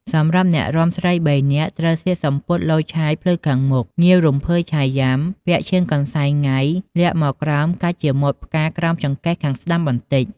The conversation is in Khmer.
សម្រាប់អ្នករាំស្រី៣នាក់ ត្រូវស្លៀកសំពត់លយឆាយភ្លឺខាងមុខ ងាវរំភើយឆៃយ៉ាំ ពាក់ឈៀងកន្សែងៃំលាក់មកក្រោមកាច់ជាម៉ូតផ្កាក្រោមចង្កេះខាងស្ដាំបន្តិច។